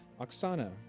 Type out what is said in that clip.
Oksana